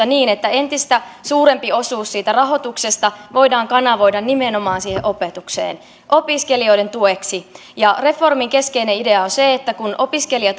niin että entistä suurempi osuus siitä rahoituksesta voidaan kanavoida nimenomaan siihen opetukseen opiskelijoiden tueksi reformin keskeinen idea on se että kun opiskelija